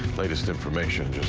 latest information.